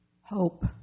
hope